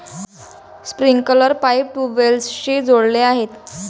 sprinkler pipe ट्यूबवेल्सशी जोडलेले आहे